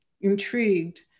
intrigued